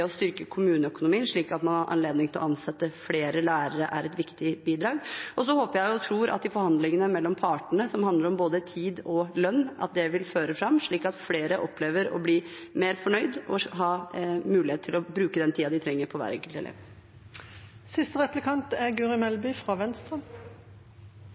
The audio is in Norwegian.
å styrke kommuneøkonomien, slik at man har anledning til å ansette flere lærere, er et viktig bidrag. Og så håper og tror jeg at de forhandlingene mellom partene som handler om både tid og lønn, vil føre fram, slik at flere opplever å bli mer fornøyd og ha mulighet til å bruke den tiden de trenger, på hver enkelt